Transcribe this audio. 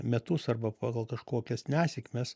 metus arba pagal kažkokias nesėkmes